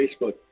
Facebook